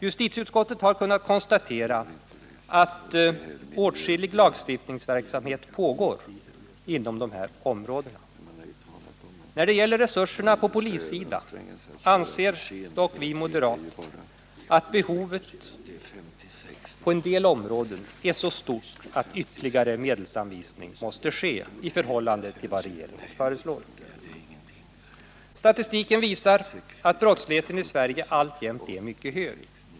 Justitieutskottet har kunnat konstatera att åtskillig lagstiftningsverksamhet pågår inom dessa områden. När det gäller resurserna på polisområdet anser dock vi moderater, att behovet på en del områden är så stort att ytterligare medelsanvisning måste ske i förhållande till vad regeringen föreslår. Statistiken visar att brottsligheten i Sverige alltjämt är mycket hög.